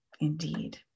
Indeed